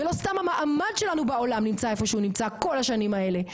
ולא סתם המעמד שלנו בעולם נמצא איפה שהוא נמצא כל השנים האלה,